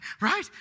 right